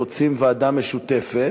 רוצים ועדה משותפת.